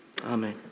Amen